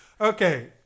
Okay